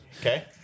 Okay